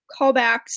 callbacks